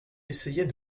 essayait